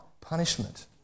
punishment